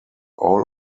all